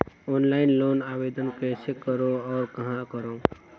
Offline loan आवेदन कइसे करो और कहाँ करो?